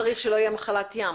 צריך שלא יהיה מחלת ים.